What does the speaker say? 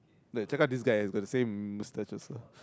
wait check out this guy he's got the same moustache also